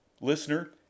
Listener